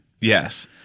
Yes